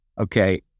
Okay